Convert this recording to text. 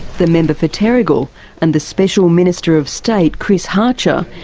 the member for terrigal and the special minister of state, chris hartcher,